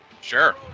Sure